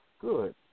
Good